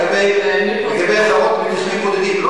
לגבי חוות מתיישבים בודדים.